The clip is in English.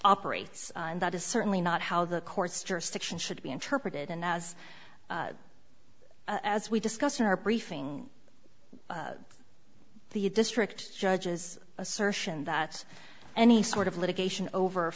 operates and that is certainly not how the court's jurisdiction should be interpreted and as as we discussed in our briefing the district judges assertion that any sort of litigation over